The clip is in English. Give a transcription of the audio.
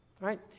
right